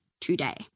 today